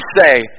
say